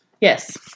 Yes